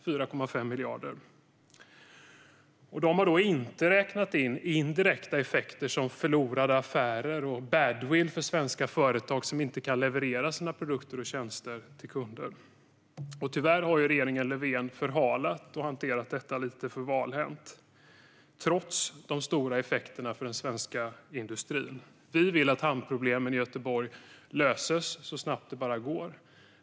Då har man inte räknat in indirekta effekter som förlorade affärer och badwill för svenska företag som inte kan leverera sina produkter och tjänster till kunder. Tyvärr har regeringen Löfven förhalat och hanterat detta lite för valhänt, trots de stora effekterna för den svenska industrin. Vi vill att hamnproblemen i Göteborg löses så snabbt det bara går.